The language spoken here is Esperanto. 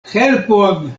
helpon